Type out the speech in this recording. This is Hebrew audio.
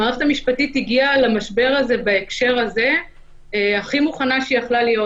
המערכת המשפטית הגיעה למשבר הזה בהקשר הזה הכי מוכנה שהיא יכלה להיות.